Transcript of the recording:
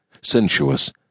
sensuous